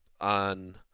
on